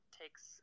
takes